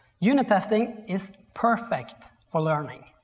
unit testing is perfect for learning.